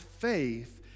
faith